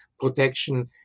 protection